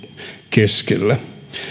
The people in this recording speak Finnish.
keskellä